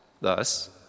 Thus